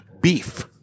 Beef